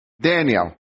Daniel